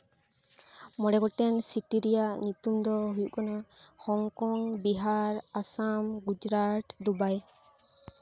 ᱢᱚᱬᱮ ᱜᱚᱴᱮᱱ ᱥᱤᱴᱤ ᱨᱮᱭᱟᱜ ᱧᱩᱛᱩᱢ ᱫᱚ ᱦᱩᱭᱩᱜ ᱠᱟᱱᱟ ᱦᱚᱝᱠᱚᱝ ᱵᱤᱦᱟᱨ ᱟᱥᱟᱢ ᱜᱩᱡᱨᱟᱴ ᱫᱩᱵᱟᱭ